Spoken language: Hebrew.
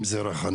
אם זה ריחניה,